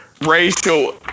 racial